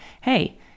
hey